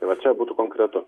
va čia būtų konkretu